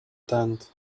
tent